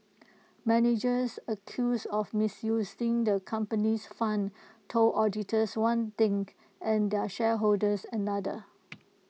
managers accused of misusing the company's funds told auditors one thing and their shareholders another